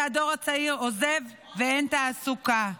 והדור הצעיר עוזב ואין תעסוקה.